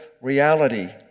reality